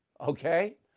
Okay